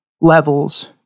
levels